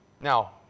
Now